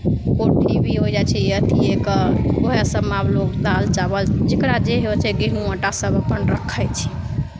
कोठी भी होय जाइ छै अथिएके उएह सभमे लोक आब दालि चावल जकरा जे होइ छै गेहूँ आटा सभ अपन रखै छै